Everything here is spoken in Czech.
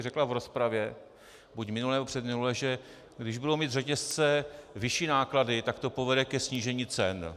Řekla tady v rozpravě buď minule, nebo předminule, že když budou mít řetězce vyšší náklady, tak to povede ke snížení cen.